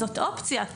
זאת אופציה.